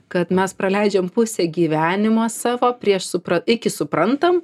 kad mes praleidžiam pusę gyvenimo savo prieš supra iki suprantam